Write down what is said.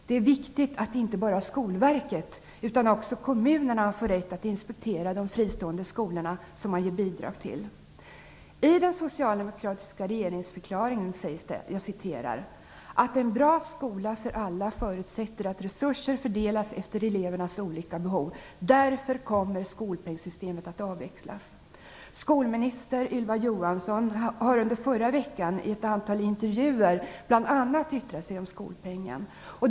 Det är viktigt att inte bara Skolverket utan också kommunerna får rätt att inspektera de fristående skolor som man ger bidrag till. I den socialdemokratiska regeringsförklaringen sägs det: "En bra skola för alla förutsätter att resurser fördelas efter elevernas olika behov. Därför kommer skolpengssystemet att avvecklas." Skolminister Ylva Johansson har under förra veckan i ett antal intervjuer yttrat sig om bl.a. skolpengen.